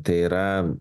tai yra